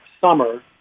summer